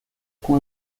com